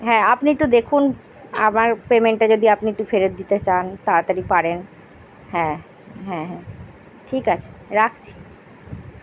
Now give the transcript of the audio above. হ্যাঁ আপনি একটু দেখুন আমার পেমেন্টটা যদি আপনি একটু ফেরত দিতে চান তাড়াতাড়ি পারেন হ্যাঁ হ্যাঁ হ্যাঁ ঠিক আছে রাখছি